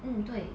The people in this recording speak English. mm 对